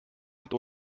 hat